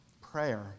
prayer